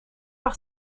par